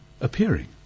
appearing